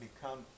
become